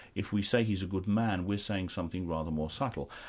if we say he's a good man, we're saying something rather more subtle.